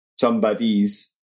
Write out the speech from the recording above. somebody's